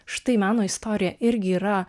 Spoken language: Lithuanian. štai meno istorija irgi yra